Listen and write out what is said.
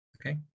Okay